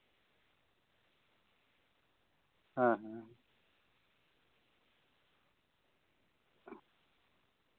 ᱦᱮᱸ ᱦᱮᱸ ᱦᱮᱸ